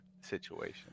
situation